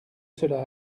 cela